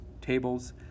tables